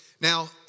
Now